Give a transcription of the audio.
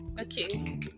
okay